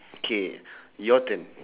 okay your turn